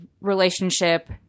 relationship